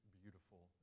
beautiful